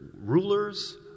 rulers